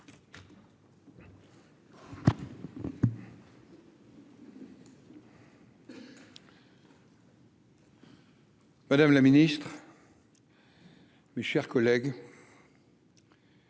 Madame la Ministre. Mes chers collègues.